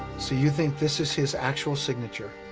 so you think this is his actual signature